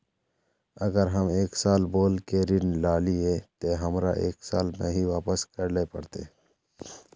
अगर हम एक साल बोल के ऋण लालिये ते हमरा एक साल में ही वापस करले पड़ते?